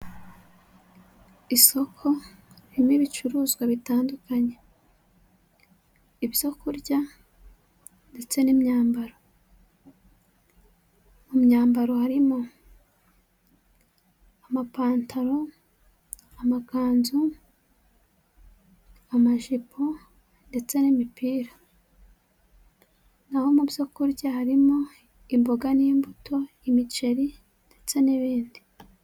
Isoko ririmo ibicuruzwa bitandukanye, ibyo kurya ndetse n'imyambaro. Mu myambaro harimo amapantaro, amakanzu, amajipo ndetse n'imipira. Naho mu byo kurya harimo imboga n'imbuto, imiceri ndetse n'ibindi.